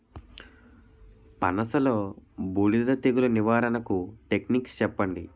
పనస లో బూడిద తెగులు నివారణకు టెక్నిక్స్ చెప్పండి?